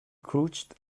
crouched